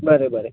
बरे बरे